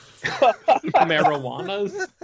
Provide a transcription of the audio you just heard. Marijuanas